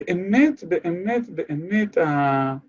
‫באמת, באמת, באמת...